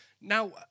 Now